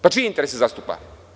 Pa, čije interese zastupa?